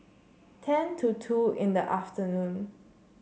ten to two in the afternoon